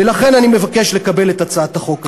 ולכן אני מבקש לקבל את הצעת החוק הזאת.